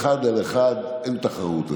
באחד על אחד אין תחרות אפילו.